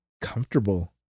comfortable